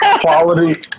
quality